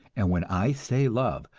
and when i say love,